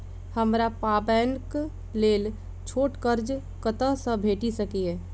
हमरा पाबैनक लेल छोट कर्ज कतऽ सँ भेटि सकैये?